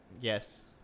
Yes